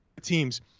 teams